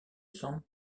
san